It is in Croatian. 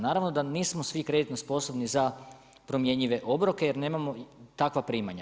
Naravno da nismo svi kreditno sposobni za promjenjive obroke, jer nemamo takva primanja.